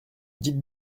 dites